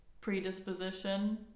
predisposition